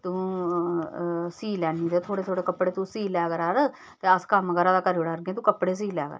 तू सी लैनी थोह्ड़े थोह्ड़े कपड़े तू सी लै करा कर ते अस कम्म करा करगे ते तू कपड़े सी लै करा कर